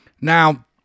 now